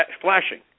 flashing